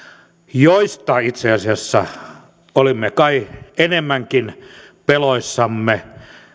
joista itse asiassa olimme kai enemmänkin peloissamme